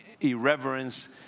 irreverence